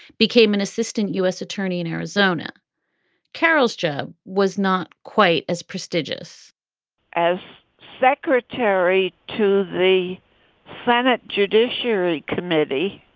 became an assistant u s. attorney in arizona carroll's job was not quite as prestigious as secretary to the senate judiciary committee.